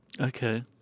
Okay